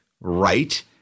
right